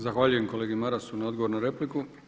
Zahvaljujem kolegi Marasu na odgovoru na repliku.